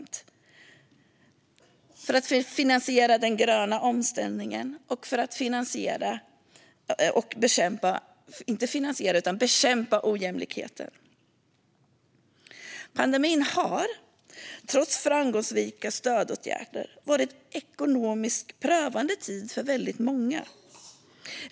Det handlar om att finansiera den gröna omställningen och att bekämpa ojämlikheter. Pandemin har trots framgångsrika stödåtgärder varit en ekonomiskt prövande tid för väldigt många.